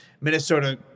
Minnesota